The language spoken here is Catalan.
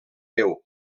déu